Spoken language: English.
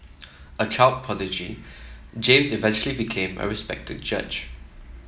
a child prodigy James eventually became a respected judge